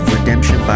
Redemption